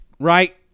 Right